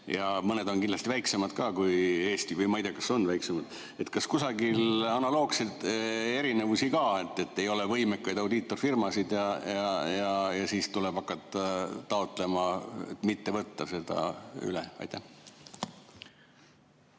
mõned on kindlasti väiksemad kui Eesti, või ma ei tea, kas on väiksemad –, siis kas kusagil analoogseid erinevusi ka on, et ei ole võimekaid audiitorfirmasid ja siis tuleb hakata taotlema, et mitte võtta seda üle? Aitäh,